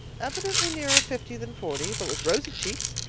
evidently nearer fifty than forty, but with rosy cheeks,